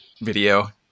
video